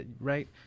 right